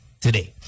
today